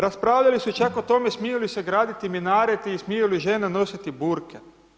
Raspravljali su čak o tome smiju li se graditi minareti i smiju li žene nositi burke.